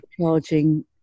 charging